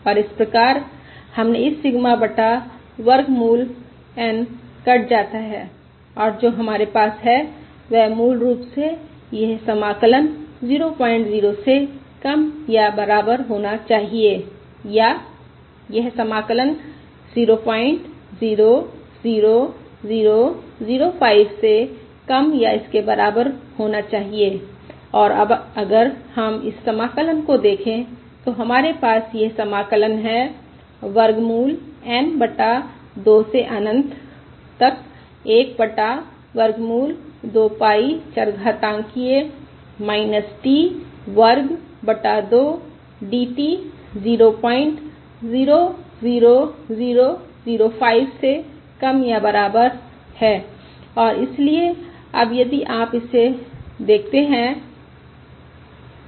और इसप्रकार हमने इस सिग्मा बटा वर्गमूल N कट जाता है और जो हमारे पास है वह मूल रूप से यह समाकलन 00 से कम या बराबर होना चाहिए या यह समाकलन 000005 से कम या इसके बराबर होना चाहिए और अब अगर आप इस समाकलन को देखें तो हमारे पास यह समाकलन है वर्गमूल N बटा 2 से अनंत 1 बटा वर्गमूल 2 पाई चरघातांकिय़ t वर्ग बटा 2 dt 000005 से कम या इसके बराबर है और इसलिए अब यदि आप इसे देखते हैं